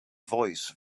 voice